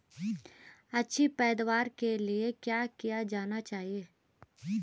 अच्छी पैदावार के लिए क्या किया जाना चाहिए?